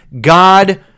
God